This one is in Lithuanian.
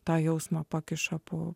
tą jausmą pakiša po